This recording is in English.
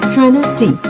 Trinity